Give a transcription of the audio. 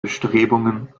bestrebungen